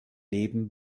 leben